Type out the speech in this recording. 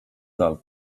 dal